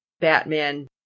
Batman